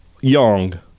young